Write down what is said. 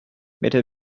better